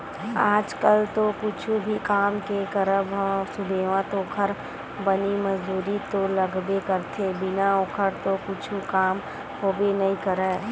आज कल तो कुछु भी काम के करब म सुबेवत ओखर बनी मजदूरी तो लगबे करथे बिना ओखर तो कुछु काम होबे नइ करय